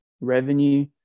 Revenue